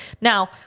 Now